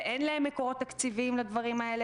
ואין להם מקורות תקציביים לדברים האלה